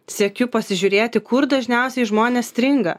siekiu pasižiūrėti kur dažniausiai žmonės stringa